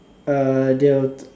uh they're